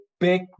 big